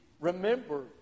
Remember